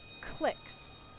clicks